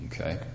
Okay